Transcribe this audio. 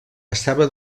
estava